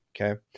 Okay